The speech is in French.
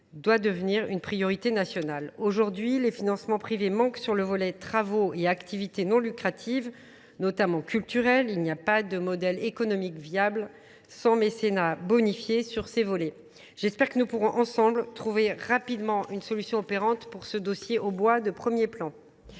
doit devenir une priorité nationale. Aujourd'hui, les financements privés manquent sur le volet travaux et activités non lucratives, notamment culturelles. Il n'y a pas de modèle économique viable sans mécénat bonifié sur ces volets. J'espère que nous pourrons ensemble trouver rapidement une solution opérante pour ce dossier au bois de premier plan.